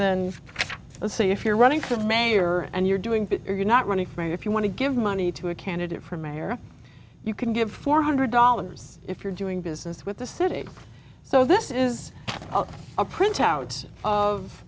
c if you're running for mayor and you're doing you're not running for mayor if you want to give money to a candidate for mayor you can give four hundred dollars if you're doing business with the city so this is a printout of